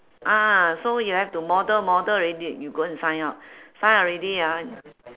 ah so you have to model model already you go and sign up sign up already ah